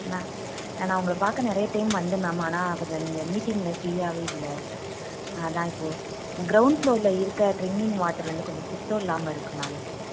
ma'am நான் உங்களை பார்க்க நிறைய டைம் வந்தேன் மேம் ஆனால் கொஞ்சம் நீங்கள் மீட்டிங்கில் ஃப்ரீயாகவே இல்லை அதான் இப்போ க்ரௌண்ட் ஃப்ளோரில் இருக்க ட்ரிங்கிங் வாட்ரு வந்து கொஞ்சம் சுத்தம் இல்லாமல் இருக்கு மேம்